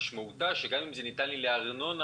משמעותה שגם אם המידע ניתן לצורך הארנונה